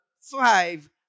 five